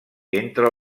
entre